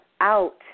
out